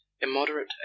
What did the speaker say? immoderate